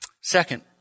Second